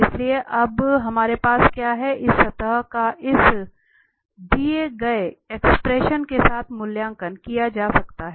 इसलिए अब हमारे पास क्या है इस सतह का इस के साथ मूल्यांकन किया जा सकता है